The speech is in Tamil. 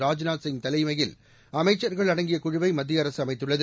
ராஜ்நாத் சிங் தலைமையில் அமைச்சர்கள் அடங்கிய குழுவை மத்திய அரசு அமைத்துள்ளது